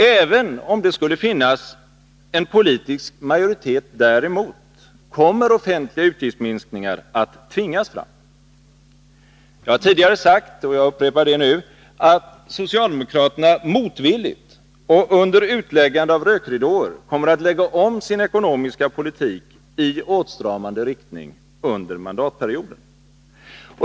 Även om det skulle finnas en politisk majoritet däremot, kommer offentliga utgiftsminskningar att tvingas fram. Jag har tidigare sagt — och jag upprepar det nu — att socialdemokraterna motvilligt och under utläggande av rökridåer kommer att lägga om sin ekonomiska politik i åtstramande riktning under mandatperioden.